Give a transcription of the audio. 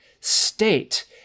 state